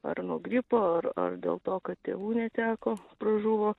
ar nuo gripo ar ar dėl to kad tėvų neteko pražuvo